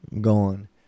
Gone